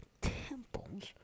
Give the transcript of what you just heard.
temples